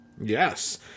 Yes